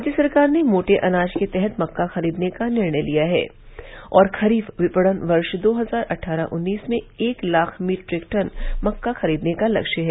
राज्य सरकार ने मोटे अनाज के तहत मक्का खरीदने का निर्णय लिया है और खरीफ विपणन वर्ष दो हजार अट्ठारह उन्नीस में एक लाख मीट्रिक टन मक्का खरीदने का लक्ष्य है